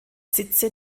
sitze